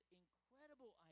incredible